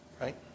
Right